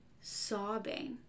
sobbing